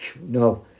no